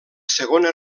segona